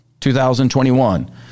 2021